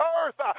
earth